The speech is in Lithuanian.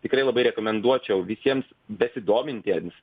tikrai labai rekomenduočiau visiems besidomintiems